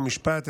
ומשפט,